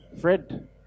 Fred